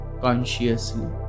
consciously